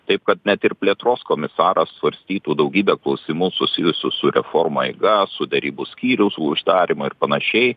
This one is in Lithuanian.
taip kad net ir plėtros komisaras svarstytų daugybę klausimų susijusių su reformų eiga su derybų skyriaus uždarymu ir panašiai